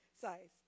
size